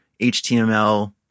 HTML